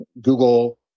Google